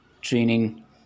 training